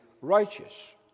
righteous